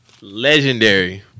legendary